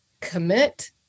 commit